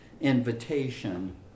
invitation